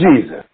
Jesus